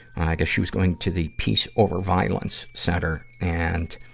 i guess she was going to the peace over violence center, and